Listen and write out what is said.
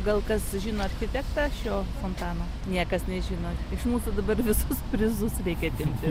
gal kas žino architektą šio fontano niekas nežino iš mūsų dabar visus prizus reikia atimti